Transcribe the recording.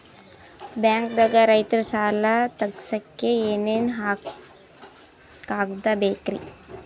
ಬ್ಯಾಂಕ್ದಾಗ ರೈತರ ಸಾಲ ತಗ್ಸಕ್ಕೆ ಏನೇನ್ ಕಾಗ್ದ ಬೇಕ್ರಿ?